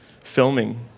filming